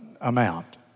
amount